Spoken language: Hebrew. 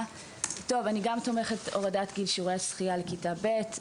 אני תומכת בבקשה להורדת גיל שיעורי השחייה לכיתה ב'.